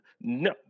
No